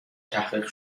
تحقیق